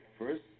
First